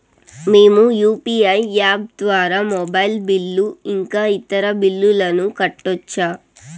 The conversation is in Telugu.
మేము యు.పి.ఐ యాప్ ద్వారా మొబైల్ బిల్లు ఇంకా ఇతర బిల్లులను కట్టొచ్చు